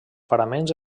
paraments